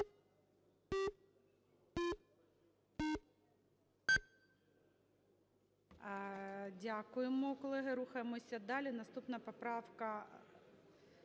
Дякуємо, колеги. Рухаємося далі. Наступна поправка